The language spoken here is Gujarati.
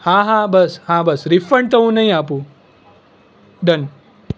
હા હા બસ હા બસ રિફંડ તો હું નહીં આપું ડન